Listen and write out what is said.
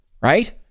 Right